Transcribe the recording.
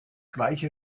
gleiche